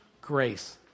grace